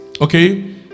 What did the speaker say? Okay